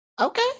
okay